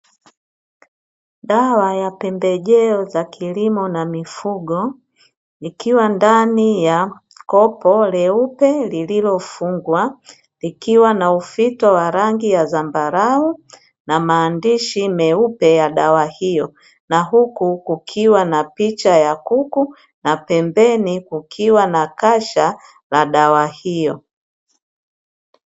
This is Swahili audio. Dawa ya pembejeo za kilimo na mifugo, ikiwa ndani ya kopo leupe lililofungwa likiwa na ufito wa rangi ya zambarao na maandishi meupe ya dawa hiyo, na huku kukiwa na picha ya kuku na pembeni kukiwa na kasha la dawa hiyo.